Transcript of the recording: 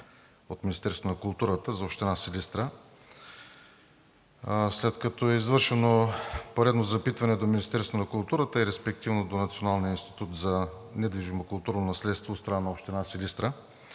от Министерството на културата за община Силистра. След като е извършено поредно запитване до Министерството на културата и респективно до Националния институт за недвижимо културно наследство от страна на Община Силистра